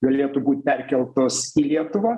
galėtų būt perkeltos į lietuvą